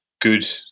good